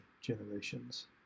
generations